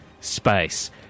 Space